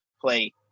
play